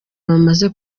bamaze